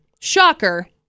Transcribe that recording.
shocker